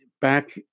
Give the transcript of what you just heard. back